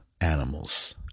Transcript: animals